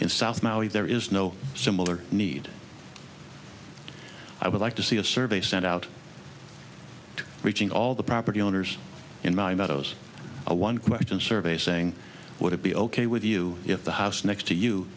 in south maui there is no similar need i would like to see a survey sent out to reaching all the property owners in my meadows a one question survey saying would it be ok with you if the house next to you